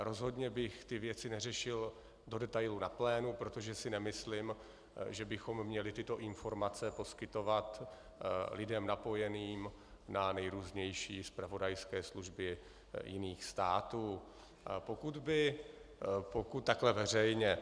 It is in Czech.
Rozhodně bych ty věci neřešil do detailu na plénu, protože si nemyslím, že bychom měli tyto informace poskytovat lidem napojeným na nejrůznější zpravodajské služby jiných států takhle veřejně.